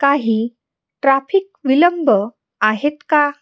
काही ट्राफिक विलंब आहेत का